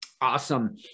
Awesome